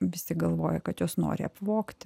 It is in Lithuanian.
visi galvoja kad juos nori apvogti